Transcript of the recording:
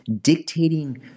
dictating